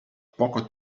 poco